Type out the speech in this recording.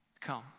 Come